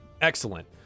Excellent